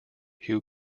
who